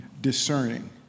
discerning